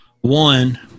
one